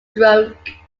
stroke